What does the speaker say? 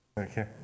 Okay